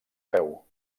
peu